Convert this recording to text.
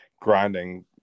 grinding